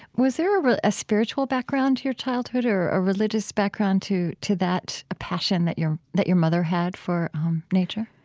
was there ah a spiritual background to your childhood, or a religious background to to that passion that your that your mother had for nature?